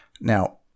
Now